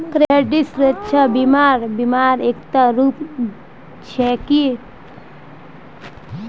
credit सुरक्षा बीमा बीमा र एकता रूप छिके